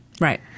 Right